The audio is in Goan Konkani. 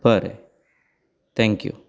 बरें थॅक्यू